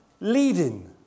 leading